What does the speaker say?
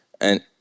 and-